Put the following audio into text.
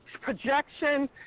projection